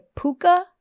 Puka